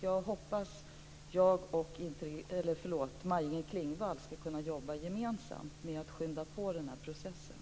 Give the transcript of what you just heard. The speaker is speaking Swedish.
Jag hoppas att jag och Maj-Inger Klingvall ska kunna jobba gemensamt med att skynda på den här processen.